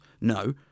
No